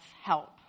help